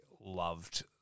loved